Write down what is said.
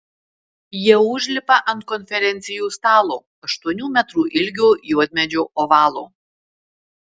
jie užlipa ant konferencijų stalo aštuonių metrų ilgio juodmedžio ovalo